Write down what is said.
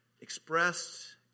expressed